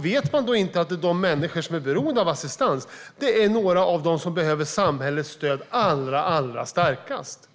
Vet man då inte att de människor som är beroende av assistans är några av dem som behöver samhällets stöd allra mest?